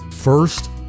first